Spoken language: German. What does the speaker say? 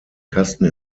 kasten